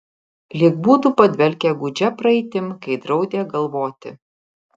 lyg būtų padvelkę gūdžia praeitim kai draudė galvoti